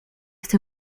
esta